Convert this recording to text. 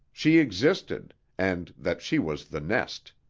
she existed, and that she was the nest.